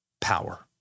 power